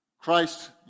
Christ